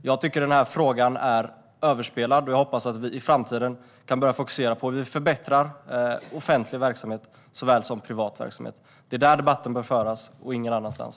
Jag tycker att den här frågan är överspelad, och jag hoppas att vi i framtiden kan fokusera på hur vi vill förbättra offentlig verksamhet såväl som privat verksamhet. Det är där debatten bör föras och ingen annanstans.